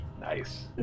Nice